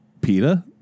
PETA